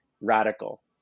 radical